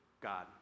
God